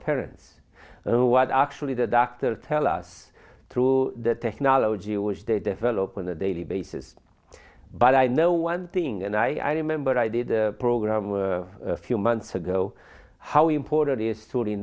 parents and what actually the doctors tell us through the technology which they develop on a daily basis but i know one thing and i remember i did a program a few months ago how important is